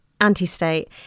anti-state